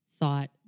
thought